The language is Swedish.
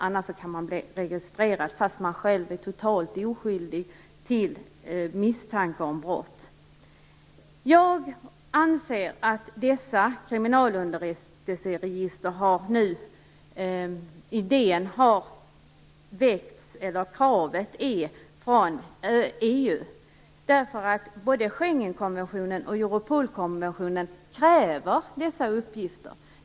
Annars kan man bli registrerad fast man själv är totalt oskyldig till misstanke om brott. Jag anser att det är EU som ställer krav på dessa kriminalunderrättelseregister. Både Schengenkonventionen och Europolkonventionen kräver dessa uppgifter.